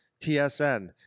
TSN